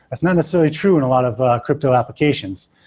that's not necessarily true in a lot of crypto applications,